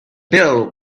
bill